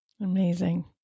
Amazing